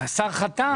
השר חתם.